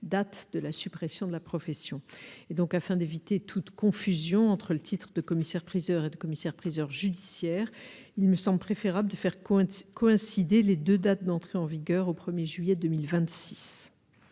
date de la suppression de la profession et donc afin d'éviter toute confusion entre le titre de commissaire priseur et du commissaires-priseurs judiciaire, il me semble préférable Duferco ainsi coïncider les 2, date d'entrée en vigueur au 1er juillet 2026.